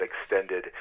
extended